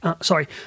sorry